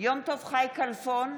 יום טוב חי כלפון,